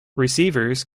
receivers